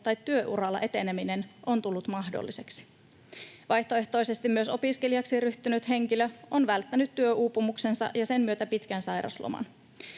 tai työuralla eteneminen on tullut mahdolliseksi. Vaihtoehtoisesti myös opiskelijaksi ryhtynyt henkilö on välttänyt työuupumuksensa ja sen myötä pitkän sairausloman.